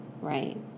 right